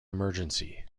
emergency